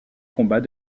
combats